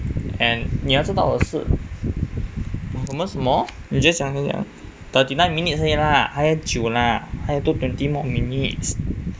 and 你要知道的是什么什么你先讲先讲 thirty nine minutes 而已啦还很久啦还有多 twenty more minutes